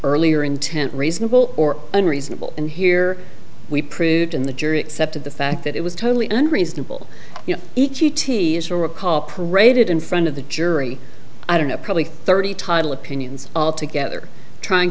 earlier intent reasonable or unreasonable and here we proved in the jury accepted the fact that it was totally unreasonable e t a s to recall paraded in front of the jury i don't know probably thirty title opinions all together trying